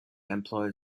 employed